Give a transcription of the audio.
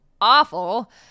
awful